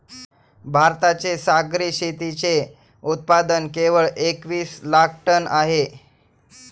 भारताचे सागरी शेतीचे उत्पादन केवळ एकवीस लाख टन आहे